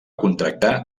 contractar